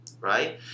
right